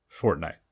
Fortnite